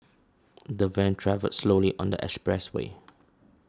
the van travelled slowly on the expressway